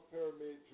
Pyramid